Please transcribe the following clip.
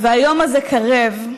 והיום הזה קרב,